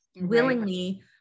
willingly